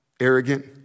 arrogant